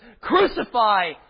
crucify